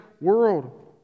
world